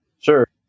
Sure